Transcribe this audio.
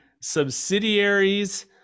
subsidiaries